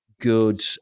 good